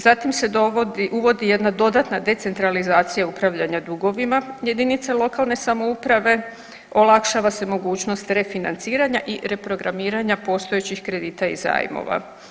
Zatim se dovodi, uvodi jedna dodatna decentralizacija upravljanja dugovima jedinica lokalne samouprave, olakšava se mogućnost refinanciranja i reprogramiranja postojećih kredita i zajmova.